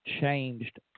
changed